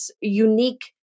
unique